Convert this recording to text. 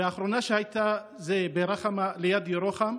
והאחרונה הייתה ברח'מה, ליד ירוחם,